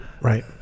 right